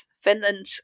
Finland